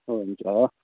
हुन्छ